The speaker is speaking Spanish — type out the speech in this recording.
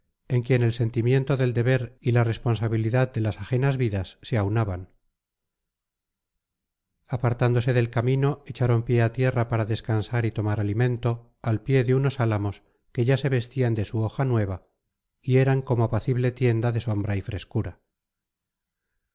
en quien el sentimiento del deber y la responsabilidad de las ajenas vidas se aunaban apartándose del camino echaron pie a tierra para descansar y tomar alimento al pie de unos álamos que ya se vestían de su hoja nueva y eran como apacible tienda de sombra y frescura